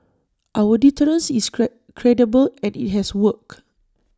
our deterrence is credible and IT has worked